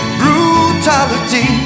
brutality